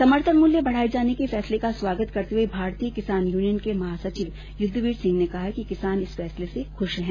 समर्थन मूल्य बढ़ाए जाने के फैसले का स्वागत करते हुए भारतीयकिसान यूनियन के महासचिव युद्धवीर सिंह ने कहा है कि किसान इस फैसले से खुश हैं